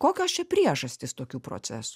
kokios čia priežastys tokių procesų